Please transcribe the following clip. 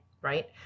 right